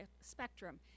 spectrum